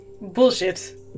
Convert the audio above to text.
bullshit